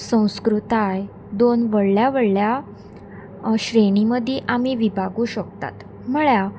संस्कृताय दोन व्हडल्या व्हडल्या श्रेणी मदी आमी विभागू शकतात म्हळ्यार